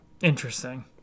Interesting